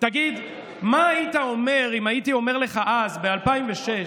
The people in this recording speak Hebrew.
תגיד, מה היית אומר אם הייתי אומר לך אז, ב-2006,